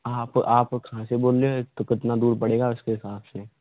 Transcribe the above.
आप आप कहाँ से बोल ले हो तो कितना दूर पड़ेगा तो उसके हिसाब से